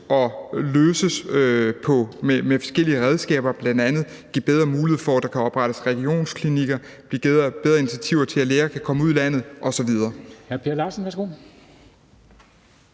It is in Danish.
og løses med forskellige redskaber, bl.a. ved at give bedre muligheder for, at der kan oprettes regionsklinikker, og for, at læger kan komme ud i landet, osv.